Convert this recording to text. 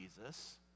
Jesus